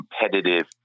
competitive